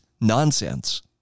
nonsense